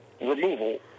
removal